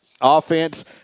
offense